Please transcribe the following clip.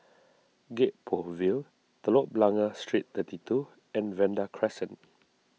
Gek Poh Ville Telok Blangah Street thirty two and Vanda Crescent